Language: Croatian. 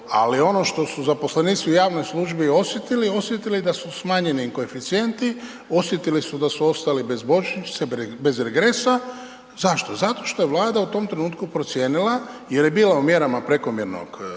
Ali, ono što su zaposlenici u javnoj služi osjetili, osjetili da su smanjeni koeficijenti, osjetili su da su ostali bez božićnice, bez regresa. Zašto? Zato što je Vlada u tom trenutku procijenila jer je bila u mjerama prekomjernog deficita,